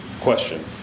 question